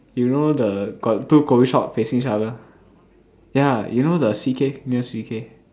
you know the got two coffeeshop facing each other ya you know the C_K near C_K